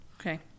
Okay